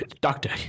doctor